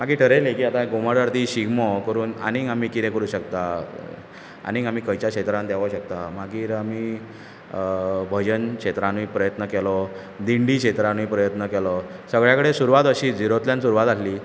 मागीर थारायलें की आतां घुमट आरती शिगमो करून आनीक आमी कितें करूंक शकता आनीक आमी खंयच्या क्षेत्रांत देवोंक शकता मागीर आमी भजन क्षेत्रांतूय प्रयत्न केलो दिंडी क्षेत्रांतूय प्रयत्न केलो सगळे कडेन सुरवात अशी झिरोंतल्यान सुरवात आसली